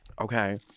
Okay